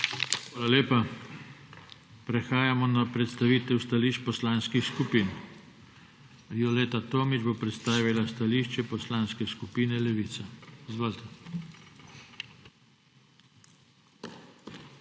Hvala lepa. Prehajamo na predstavitev stališč poslanskih skupin. Violeta Tomić bo predstavila stališče Poslanske skupine Levica. Izvolite.